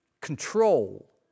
Control